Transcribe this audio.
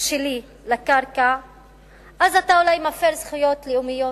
שלי לקרקע אתה אולי מפר זכויות לאומיות,